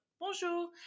bonjour